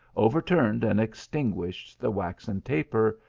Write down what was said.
overturned and extinguished the waxen taper,